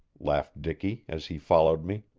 laughed dicky, as he followed me.